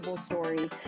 story